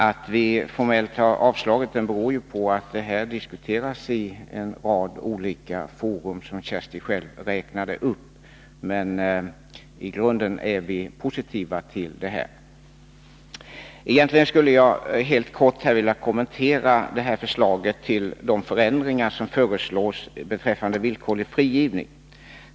Att vi formellt har avstyrkt motionen beror ju på att denna fråga diskuteras i en rad olika fora, som Kersti Johansson själv räknade upp, men i grunden är vi positiva. Jag vill helt kort kommentera de förändringar som föreslås beträffande villkorlig frigivning.